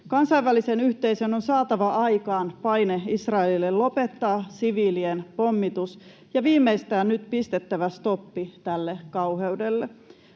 Kansainvälisen yhteisön on saatava aikaan paine Israelille lopettaa siviilien pommitus ja viimeistään nyt pistettävä stoppi tälle kauheudelle.